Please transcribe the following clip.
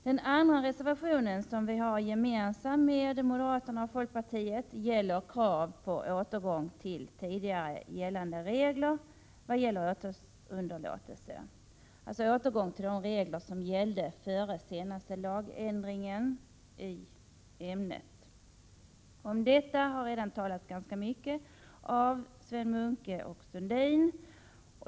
Den andra reservationen, som är gemensam för centern, moderata samlingspartiet och folkpartiet, avser krav på återgång till tidigare gällande regler för åtalsunderlåtelse — alltså en återgång till de regler som gällde före den senaste lagändringen i ämnet. Om detta har redan sagts ganska mycket av Sven Munke och Lars Sundin.